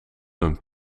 een